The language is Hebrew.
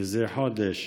ומזה חודש,